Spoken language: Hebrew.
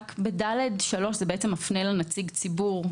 (ד)(3) מפנה לנציג ציבור.